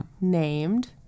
named